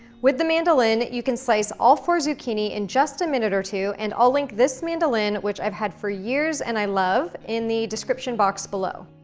with the mandoline, you can slice all four zucchini in just a minute our two, and i'll link this mandoline, which i've had for years and i love, in the description box below.